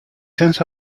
sense